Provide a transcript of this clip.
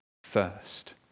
First